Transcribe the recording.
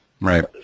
Right